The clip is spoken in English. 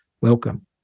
Welcome